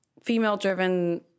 female-driven